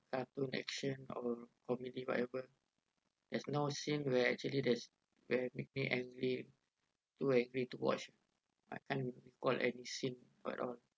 cartoon action or comedy whatever there's no scene where actually there's where make me angry too angry to watch I I'm cannot recall any scene at all